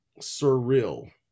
surreal